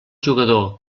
jugador